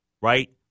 right